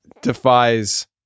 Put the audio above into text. defies